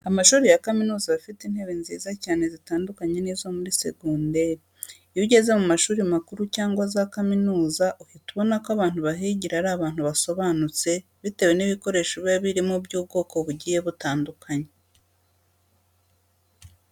Amashuri ya kaminuza aba afite intebe nziza cyane zitandukanye n'izo muri segonderi. Iyo ugeze mu mashuri makuru cyangwa za kaminuza uhita ubona ko abantu bahigira ari abantu basobanutse bitewe n'ibikoresho biba birimo by'ubwoko bugiye butandukanye.